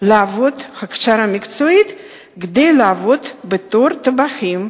לעבור הכשרה מקצועית כדי לעבוד בתור טבחים,